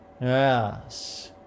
Yes